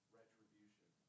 retribution